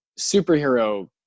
superhero